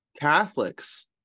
Catholics